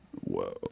Whoa